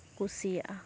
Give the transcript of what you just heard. ᱠᱩᱥᱤᱭᱟᱜᱼᱟ